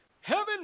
heaven